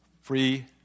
free